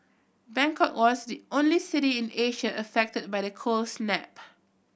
Bangkok was not the only city in Asia affected by the cold snap